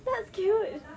that's cute